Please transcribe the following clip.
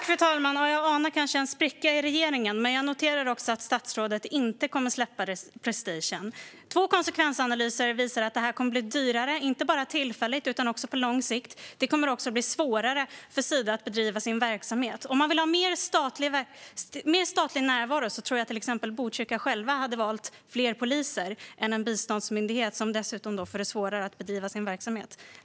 Fru talman! Jag anar kanske en spricka i regeringen, men jag noterar också att statsrådet inte kommer att släppa prestigen. Två konsekvensanalyser visar att det här kommer att bli dyrare, inte bara tillfälligt utan också på lång sikt. Det kommer också att bli svårare för Sida att bedriva sin verksamhet. Om man vill ha mer statlig närvaro tror jag att man i Botkyrka själva hellre hade valt fler poliser än en biståndsmyndighet, som dessutom får det svårare att bedriva sin verksamhet.